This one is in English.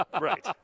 right